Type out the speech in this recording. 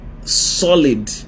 solid